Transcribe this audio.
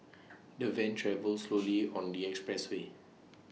the van travelled slowly on the expressway